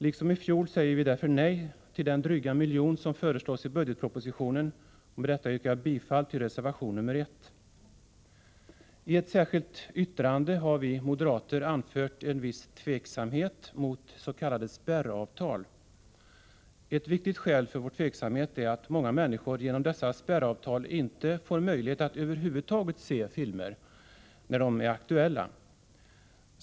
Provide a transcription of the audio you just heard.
Liksom i fjol säger vi därför nej till den dryga miljon som föreslås i budgetpropositionen. Med detta yrkar jag också bifall till reservation nr 1. I ett särskilt yttrande har vi moderater anfört en viss tveksamhet mot s.k. spärravtal. Ett viktigt skäl för vår tveksamhet är att många människor genom dessa spärravtal inte får någon möjlighet att över huvud taget se vissa filmer när de är aktuella.